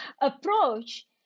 approach